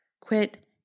quit